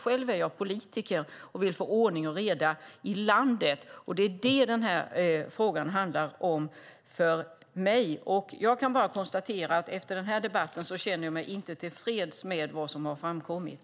Själv är jag politiker och vill få ordning och reda i landet. Det är det som den här frågan handlar om för mig. Jag kan bara konstatera att efter den här debatten känner jag mig inte tillfreds med vad som har framkommit.